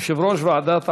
יושב-ראש ועדת העבודה,